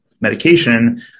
medication